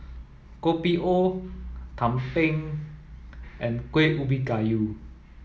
Kopi O Tumpeng and Kueh Ubi Kayu